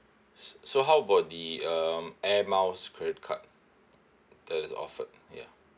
s~ so how about the uh air miles credit card that is offered ya